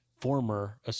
former